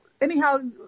anyhow